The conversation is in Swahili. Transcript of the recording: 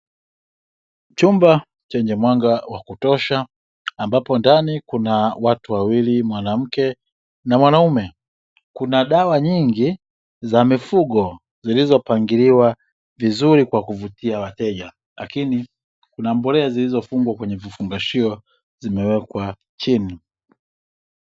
Chumba chenye mwanga wa kutosha, ambapo ndani kuna watu wawili, mwanamke na mwanaume. Kuna dawa nyingi za mifugo zilizopangiliwa vizuri kwa kuvutia wateja, lakini kuna mbolea zilizofungwa kwenye vifungashio, zimewekwa chini.